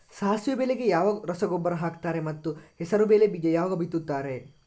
ಸಾಸಿವೆ ಬೆಳೆಗೆ ಯಾವ ರಸಗೊಬ್ಬರ ಹಾಕ್ತಾರೆ ಮತ್ತು ಹೆಸರುಬೇಳೆ ಬೀಜ ಯಾವಾಗ ಬಿತ್ತುತ್ತಾರೆ?